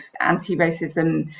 anti-racism